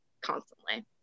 constantly